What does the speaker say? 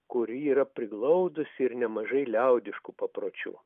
kuri yra priglaudusi ir nemažai liaudiškų papročių